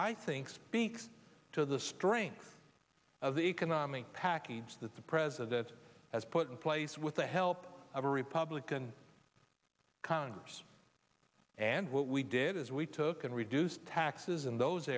i think speaks to the strength of the economic package that the president has put in place with the help of a republican congress and what we did is we took in reduced taxes in those